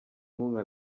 inkunga